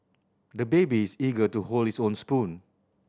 the baby is eager to hold his own spoon